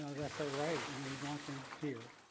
ah that's a right and we want them here.